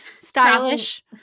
Stylish